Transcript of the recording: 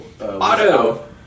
Auto